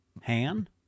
Han